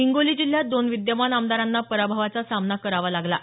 हिंगोली जिल्ह्यात दोन विद्यमान आमदारांना पराभवाचा सामना करावा लागला आहे